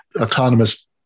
autonomous